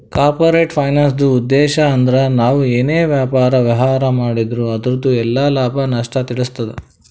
corporate ಫೈನಾನ್ಸ್ದುಉದ್ಧೇಶ್ ಅಂದ್ರ ನಾವ್ ಏನೇ ವ್ಯಾಪಾರ, ವ್ಯವಹಾರ್ ಮಾಡಿದ್ರು ಅದುರ್ದು ಎಲ್ಲಾ ಲಾಭ, ನಷ್ಟ ತಿಳಸ್ತಾದ